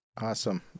Awesome